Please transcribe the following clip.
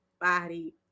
body